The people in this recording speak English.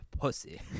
pussy